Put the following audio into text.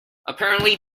apparently